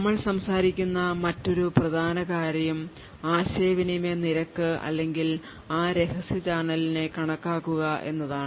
നമ്മൾ സംസാരിക്കുന്ന മറ്റൊരു പ്രധാന കാര്യം ആശയവിനിമയ നിരക്ക് അല്ലെങ്കിൽ ആ രഹസ്യ ചാനലിനെ കണക്കാക്കുക എന്നതാണ്